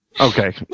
Okay